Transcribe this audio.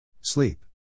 sleep